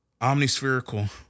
Omnispherical